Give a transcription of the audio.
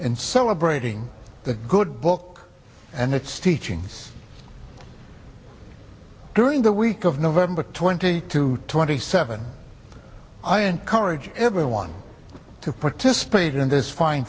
and celebrating the good book and its teachings during the week of november twenty two twenty seven i encourage everyone to participate in this fine